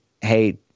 hey